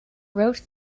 wrote